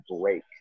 break